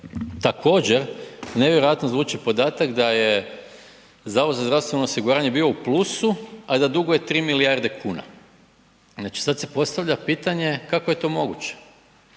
također nevjerojatno zvuči podatak da je zavod za zdravstveno osiguranje bio u plusu a da duguje 3 milijarde kuna. Znači sada se postavlja pitanje kako je to moguće.